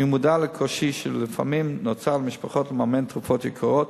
אני מודע לקושי שלפעמים נוצר למשפחות לממן תרופות יקרות.